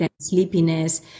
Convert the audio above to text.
sleepiness